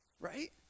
right